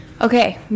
Okay